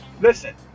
Listen